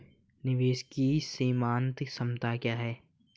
निवेश की सीमांत क्षमता क्या है?